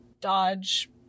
dodge